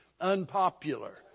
unpopular